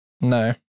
No